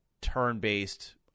turn-based